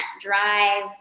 drive